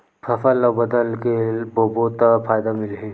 फसल ल बदल के बोबो त फ़ायदा मिलही?